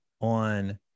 on